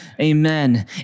Amen